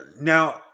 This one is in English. now